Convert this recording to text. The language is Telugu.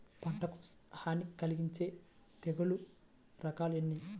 పంటకు హాని కలిగించే తెగుళ్ళ రకాలు ఎన్ని?